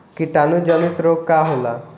कीटाणु जनित रोग का होला?